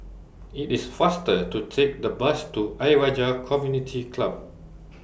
IT IS faster to Take The Bus to Ayer Rajah Community Club